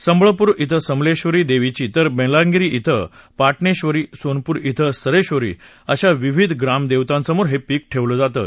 संबळपूर श्वे समलेश्वरी देवीची तर बोलांगिरी श्वे पाटणेश्वरी सोनपूर श्वे सुरेश्वरी अशा विविध ग्रामदेवतां समोर हे पीक ठेवलं जातं